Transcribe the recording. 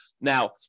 Now